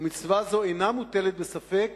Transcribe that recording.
ומצווה זו אינה מוטלת בספק